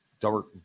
dark